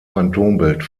phantombild